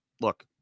Look